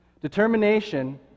Determination